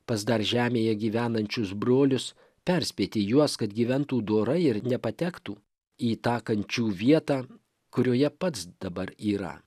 pas dar žemėje gyvenančius brolius perspėti juos kad gyventų dorai ir nepatektų į tą kančių vietą kurioje pats dabar yra